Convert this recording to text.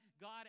God